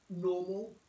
normal